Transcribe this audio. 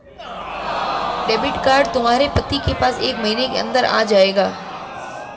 debit card तुम्हारे पति के पास एक महीने के अंदर आ जाएगा